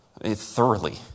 thoroughly